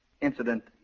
Incident